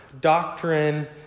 doctrine